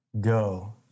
go